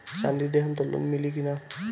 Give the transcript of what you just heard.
चाँदी देहम त लोन मिली की ना?